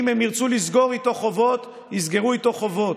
אם הם ירצו לסגור איתו חובות, יסגרו איתו חובות.